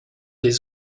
des